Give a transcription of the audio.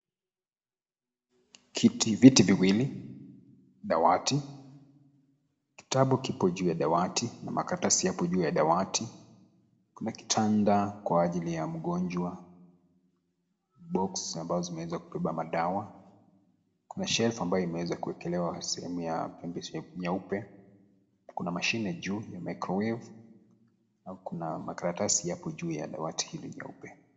Viti viwili, dawati, kitabu kipo juu ya dawati, na makaratasi yapo juu ya dawati. Kuna kitanda kwa ajili ya mgonjwa box ambazo zimeweza kubeba madawa. Kuna shelf ambayo imeweza kuekelewa sehemu nyeupe. kuna mashine juu ya micro wave alafu kuna makaratasi hapo juu ya dawati hili nyeupe.